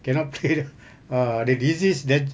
cannot play uh the disease that